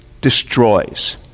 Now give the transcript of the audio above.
destroys